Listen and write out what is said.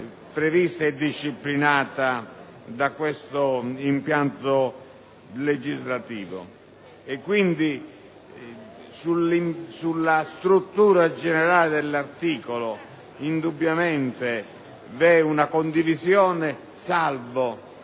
prevista e disciplinata da questo impianto legislativo. Sulla struttura generale dell'articolo 16, quindi, indubbiamente vi è una condivisione tranne